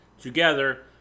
together